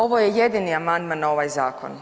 Ovo je jedini amandman na ovaj zakon.